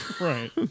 Right